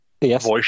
Yes